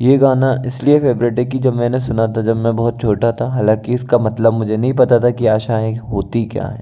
यह गाना इसलिए फ़ेवरेट है कि जो मैंने सुना था जब मैं बहुत छोटा था हालाँकि इसका मतलब मुझे नहीं पता था की आशाएँ होती क्या हैं